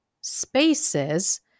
spaces